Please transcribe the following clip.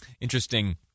Interesting